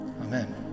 amen